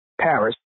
Paris